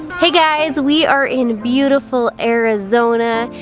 hey guys, we are in beautiful arizona